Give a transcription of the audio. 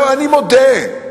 אני מודה,